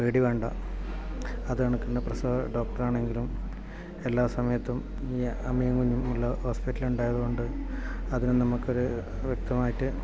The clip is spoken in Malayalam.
പേടിവേണ്ട അതുകണക്ക് പ്രസവ ഡോക്ടർ ആണെങ്കിലും എല്ലാ സമയത്തും ഈ അമ്മയും കുഞ്ഞുമുള്ള ഹോസ്പിറ്റലിലുണ്ടായതു കൊണ്ട് അതിനും നമുക്കൊരു വ്യക്തമായിട്ട്